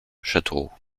châteauroux